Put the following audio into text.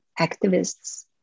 activists